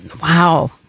Wow